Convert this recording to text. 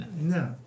No